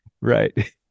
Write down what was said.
Right